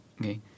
okay